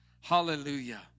Hallelujah